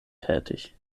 tätig